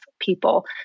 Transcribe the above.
people